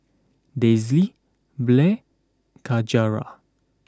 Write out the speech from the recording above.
Daisye Blair Yajaira